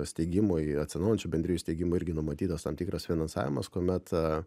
steigimui atsinaujinančių bendrijų steigimui irgi numatytas tam tikras finansavimas kuomet